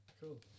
cool